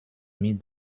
mir